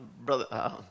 Brother